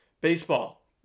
baseball